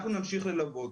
אנחנו נמשיך ללוות.